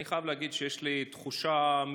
אני חייב להגיד שיש לי רגשות מעורבים.